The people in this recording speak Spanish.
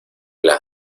las